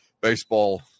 Baseball